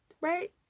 Right